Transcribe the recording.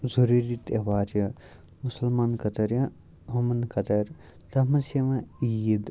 ضروٗری تہیوار چھِ مُسلمان خٲطر یا ہُمَن خٲطر تَتھ منٛز چھِ یِوان عیٖد